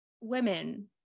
women